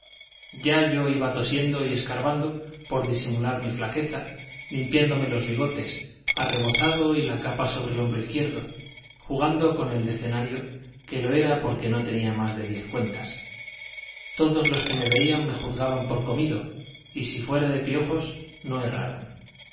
ya yo iba tosiendo y escarbando por disimular mi flaqueza limpiándome los bigotes arrebozado y la capa sobre el hombro izquierdo jugando con el decenario que lo era porque no tenía más de diez cuentas todos los que me veían me juzgaban por comido y si fuera de piojos no erraran